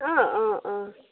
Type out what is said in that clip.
অঁ অঁ অঁ